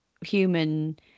human